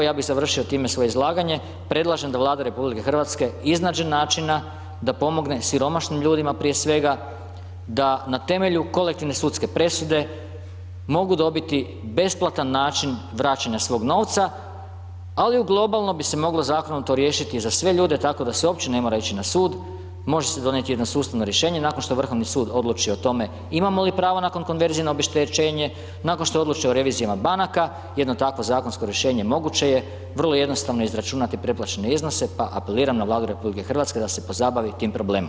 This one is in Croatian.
Ja bi završio time svoje izlaganje, predlažem da Vlada RH iznađe načina, da pomogne siromašnim ljudima prije svega, da na temelju kolektivne sudske presude, mogu dobiti besplatan način vraćanja svog novca, ali u globalno bi se moglo zakonito riješiti za sve ljude, tkao da se uopće ne mora ići na sud, može se donijeti jedno sustavno rješenje, nakon što Vrhovni sud odluči o tome, imamo li pravo nakon konverzije na obeštećenje, nakon što odluče o revizijama banaka, jedno takvo zakonsko rješenje moguće je, vrlo jednostavno izračunati preplaćene iznose, pa apeliram na Vladu RH, da se pozabavi tim problemom.